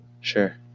Sure